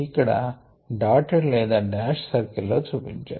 ఇక్కడ డాటెడ్ లేదా dash circle లో చూపించారు